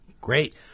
Great